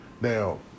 now